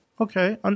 Okay